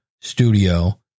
studio